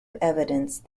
evidence